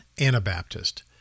Anabaptist